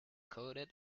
coated